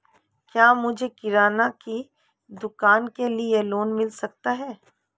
क्या मुझे किराना की दुकान के लिए लोंन मिल सकता है?